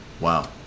Wow